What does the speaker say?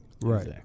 Right